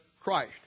Christ